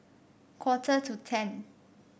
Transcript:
quarter to ten